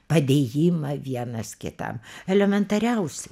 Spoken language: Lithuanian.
padėjimą vienas kitam elementariausi